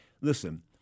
Listen